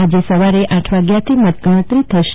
આજે સવારે આઠ વાગ્યા થી મતગણતરી શરુ થશે